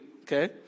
okay